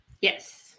yes